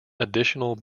additional